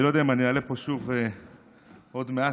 אני לא יודע אם אני אעלה לפה שוב עוד מעט,